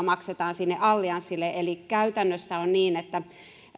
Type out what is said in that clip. maksetaan sinne allianssille eli käytännössä on niin että